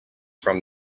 from